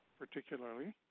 particularly